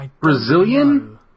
Brazilian